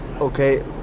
Okay